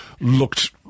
Looked